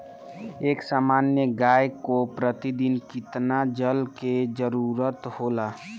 एक सामान्य गाय को प्रतिदिन कितना जल के जरुरत होला?